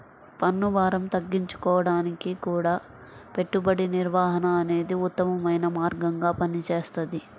పన్నుభారం తగ్గించుకోడానికి గూడా పెట్టుబడి నిర్వహణ అనేదే ఉత్తమమైన మార్గంగా పనిచేస్తది